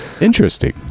Interesting